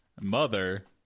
mother